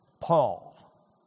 Paul